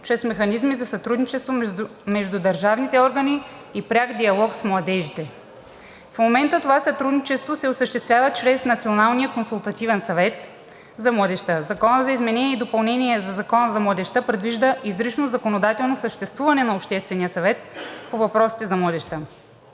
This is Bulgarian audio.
чрез механизми за сътрудничество между държавните органи и пряк диалог с младежите. В момента това сътрудничество се осъществява чрез Националния консултативен съвет за младежта. В Закона за изменение и допълнение на Закона за младежта предвижда изрично законодателно съществуване на Обществения съвет по въпросите за младежта.